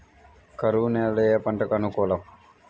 కరువు నేలలో ఏ పంటకు అనుకూలం?